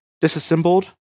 disassembled